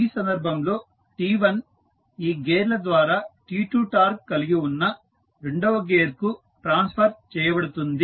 ఈ సందర్భంలో T1 ఈ గేర్ల ద్వారా T2 టార్క్ కలిగి ఉన్న రెండవ గేర్కు ట్రాన్స్ఫర్ చేయబడుతుంది